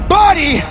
body